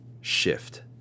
shift